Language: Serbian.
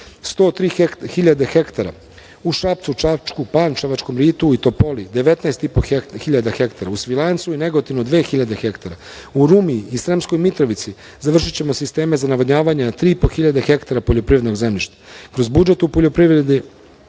103.000 hektara, u Šapcu, Čačku, Pančevačkom ritu i Topoli 19,5 hiljada hektara, u Svilajncu, Negotinu 2.000 hektara. U Rumi i Sremskoj Mitrovici završićemo sisteme za navodnjavanje na 3,5 hiljade hektara poljoprivrednog zemljišta. Kroz budžet u poljoprivredi